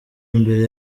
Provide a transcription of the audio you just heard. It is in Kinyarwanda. imbere